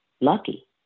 lucky